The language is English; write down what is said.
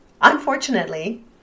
Unfortunately